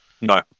No